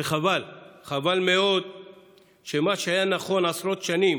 וחבל, חבל מאוד שמה שהיה נכון עשרות שנים